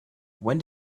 when